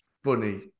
funny